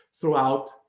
throughout